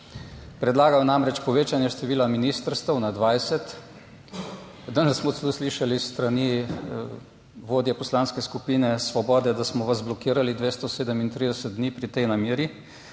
Predlagal je namreč povečanje števila ministrstev na 20. Danes smo celo slišali s strani vodje Poslanske skupine Svobode, da smo vas blokirali 237 dni pri tej nameri.